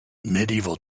medieval